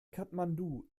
kathmandu